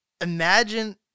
Imagine